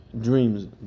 dreams